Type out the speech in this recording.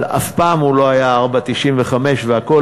אבל אף פעם הוא לא היה 4.95%; והכול,